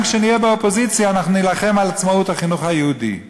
כשנהיה באופוזיציה אנחנו נילחם על עצמאות החינוך היהודי החרדי.